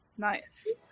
Nice